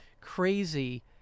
crazy